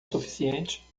suficiente